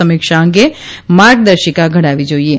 સમીક્ષા અંગે માર્ગદર્શિકા ઘડાવી જાઇએ